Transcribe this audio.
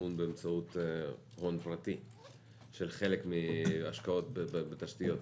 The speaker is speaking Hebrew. מימון באמצעות הון פרטי של חלק מהשקעות בתשתיות.